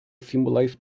symbolize